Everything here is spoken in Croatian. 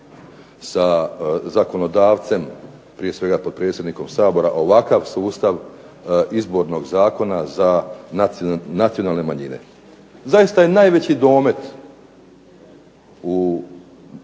sa zakonodavcem, prije svega potpredsjednikom Sabora ovakav sustav izbornog zakona za nacionalne manjine. Zaista je najveći domet